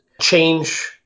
change